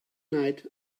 night